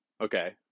Okay